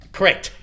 Correct